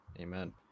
Amen